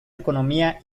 economía